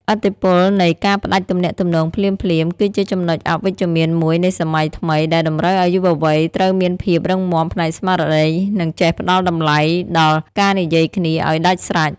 ឥទ្ធិពលនៃ «ការផ្ដាច់ទំនាក់ទំនងភ្លាមៗ» គឺជាចំណុចអវិជ្ជមានមួយនៃសម័យថ្មី ដែលតម្រូវឱ្យយុវវ័យត្រូវមានភាពរឹងមាំផ្នែកស្មារតី និងចេះផ្ដល់តម្លៃដល់ការនិយាយគ្នាឱ្យដាច់ស្រេច។